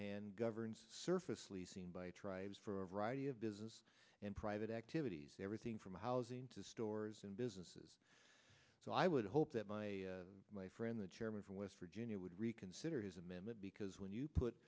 hand governs surface leasing by tribes for a variety of business and private activities everything from housing to stores and businesses so i would hope that my my friend the chairman from west virginia would reconsider his amendment because when you put